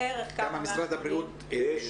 יש הערכה כמה משרד הבריאות מעריכים את זה?